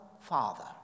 Father